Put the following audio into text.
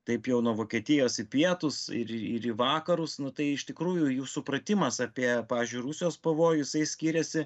taip jau nuo vokietijos į pietus ir į ir į vakarus nu tai iš tikrųjų jų supratimas apie pažiui rusijos pavojų jisai skiriasi